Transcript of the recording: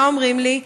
מה אומרים לי?